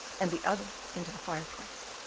and the other into the fireplace.